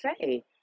say